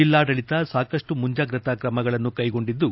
ಜಿಲ್ಲಾಡಳಿತ ಸಾಕಷ್ಣು ಮುಂಜಾಗ್ರತಾ ಕ್ರಮಗಳನ್ನು ಕೈಗೊಂಡಿದ್ದು